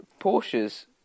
Porsches